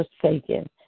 forsaken